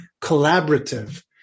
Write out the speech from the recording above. collaborative